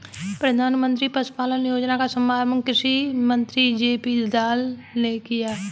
प्रधानमंत्री पशुपालन योजना का शुभारंभ कृषि मंत्री जे.पी दलाल ने किया